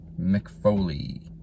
McFoley